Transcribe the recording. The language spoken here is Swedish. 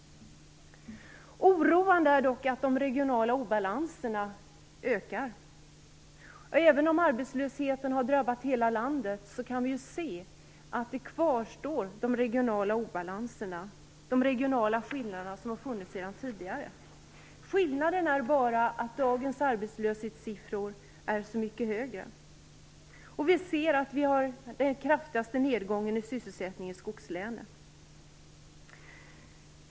Oroande är dock att de regionala obalanserna ökar. Även om arbetslösheten har drabbat hela landet, kan vi se att den regionala obalansen kvarstår, med de regionala skillnader som har funnits sedan tidigare. Skillnaden är bara att dagens arbetslöshetssiffror är så mycket högre. Vi ser att den kraftigaste nedgången i sysselsättningen finns i skogslänen.